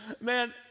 Man